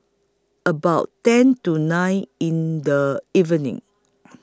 about ten to nine in The evening